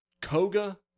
Koga